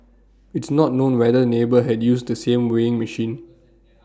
it's not known whether neighbour had used the same weighing machine